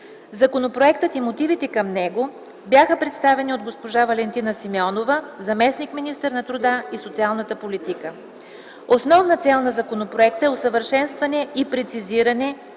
Законопроектът и мотивите към него бяха представени от госпожа Валентина Симеонова, заместник-министър на труда и социалната политика. Основната цел на законопроекта е усъвършенстване и прецизиране